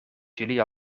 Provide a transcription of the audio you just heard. jullie